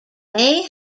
may